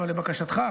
אבל לבקשתך,